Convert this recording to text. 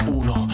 uno